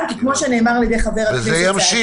כי כמו שנאמר על ידי חבר הכנסת סעדי -- וזה ימשיך.